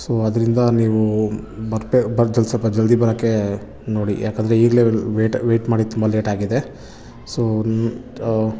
so ಅದರಿಂದ ನೀವು ಮತ್ತೆ ಸ್ವಲ್ಪ ಜಲ್ದಿ ಬರೋಕ್ಕೆ ನೋಡಿ ಯಾಕಂದರೆ ಈಗಲೇ ವೆಯ್ಟ್ ವೆಯ್ಟ್ ಮಾಡಿ ತುಂಬ ಲೇಟ್ ಆಗಿದೆ ಸೋ